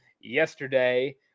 yesterday